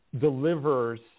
delivers